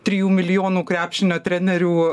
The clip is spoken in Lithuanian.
trijų milijonų krepšininio trenerių